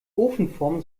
ofenform